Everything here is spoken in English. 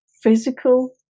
physical